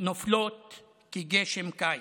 נופלות כגשם קיץ".